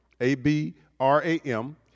A-B-R-A-M